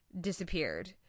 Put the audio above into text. disappeared